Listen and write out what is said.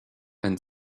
and